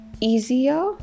easier